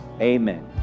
amen